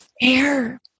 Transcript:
air